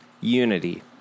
unity